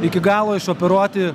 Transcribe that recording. iki galo išoperuoti